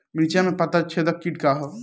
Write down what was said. मिर्च में पता छेदक किट का है?